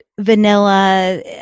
Vanilla